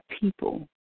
people